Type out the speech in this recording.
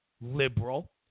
liberal